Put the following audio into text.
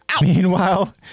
Meanwhile